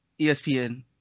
ESPN